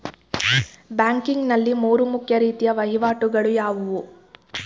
Banking ನಲ್ಲಿ ಮೂರು ಮುಖ್ಯ ರೀತಿಯ ವಹಿವಾಟುಗಳು ಯಾವುವು?